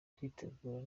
twitegure